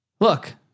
look